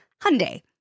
Hyundai